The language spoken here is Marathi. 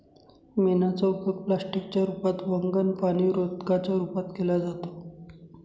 मेणाचा उपयोग प्लास्टिक च्या रूपात, वंगण, पाणीरोधका च्या रूपात केला जातो